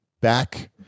back